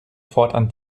fortan